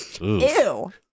Ew